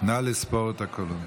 נא לספור את הקולות.